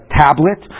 tablet